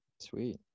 Sweet